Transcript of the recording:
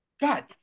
God